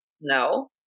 no